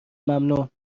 ممنون